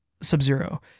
Sub-Zero